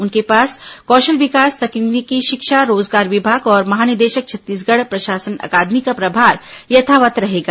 उनके पास कौशल विकास तकनीकी शिक्षा रोजगार विभाग और महानिदेशक छत्तीसगढ़ प्रशासन अकादमी का प्रभार यथावत् रहेगा